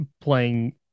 playing